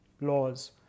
laws